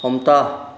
हमथा